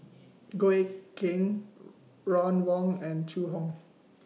Goh Eck Kheng Ron Wong and Zhu Hong